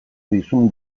dizun